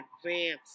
advance